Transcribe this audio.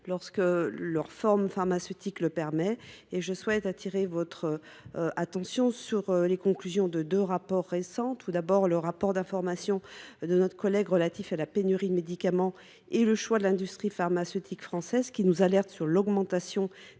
lorsque leur forme pharmaceutique le permet. Je souhaite attirer votre attention sur les conclusions de deux rapports récents. D’abord, le rapport de notre ancienne collègue Laurence Cohen sur la pénurie de médicaments et les choix de l’industrie pharmaceutique française nous alerte sur l’augmentation